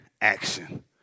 action